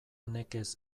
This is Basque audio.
nekez